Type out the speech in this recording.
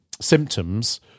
symptoms